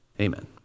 Amen